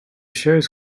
shows